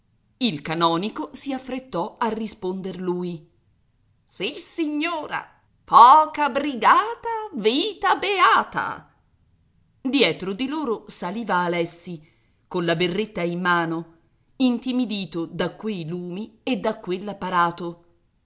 il canonico si affrettò a risponder lui sissignora poca brigata vita beata dietro di loro saliva alessi colla berretta in mano intimidito da quei lumi e da quell'apparato